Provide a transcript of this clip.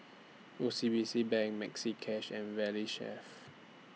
O C B C Bank Maxi Cash and Valley Chef